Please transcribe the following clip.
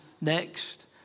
next